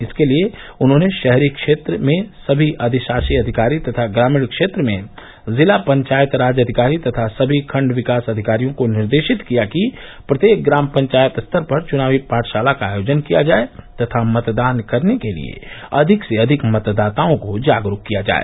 इसके लिए उन्होंने शहरी क्षेत्र में सभी अधिशासी अधिकारी तथा ग्रामीण क्षेत्र में जिला पंचायत राज अधिकारी तथा सभी खंड विकास अधिकारियों को निर्देशित किया कि प्रत्येक ग्राम पंचायत स्तर पर चुनावी पाठशाला का आयोजन किया जाए तथा मतदान करने के लिए अधिक से अधिक मतदाताओं को जागरूक किया जाए